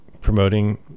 promoting